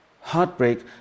Heartbreak